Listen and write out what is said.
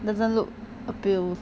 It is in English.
doesn't look appeal~